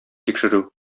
тикшерү